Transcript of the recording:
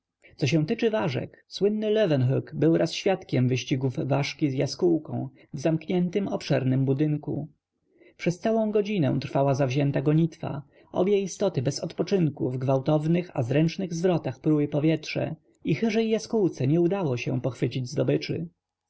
co się tyczy ważek słynny leuwenhockleeuwenhoek był raz świadkiem wyścigów ważki z jaskółką w zamkniętym obszernym budynku przez całą godzinę trwała zawzięta gonitwa obie istoty bez odpoczynku w gwałtownych a zręcznych zwrotach pruły powietrze i hyżej jaskółce nie udało się pochwycić zdobyczy